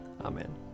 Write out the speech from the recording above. Amen